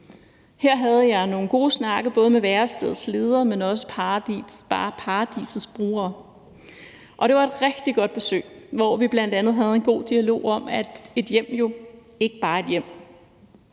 Her havde jeg nogle gode snakke med både værestedets leder, men også med Paradisets brugere. Det var et rigtig godt besøg, hvor vi bl.a. havde en god dialog om, at et hjem jo ikke bare er et hjem.